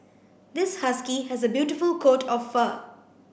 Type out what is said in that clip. this husky has a beautiful coat of fur